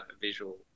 visual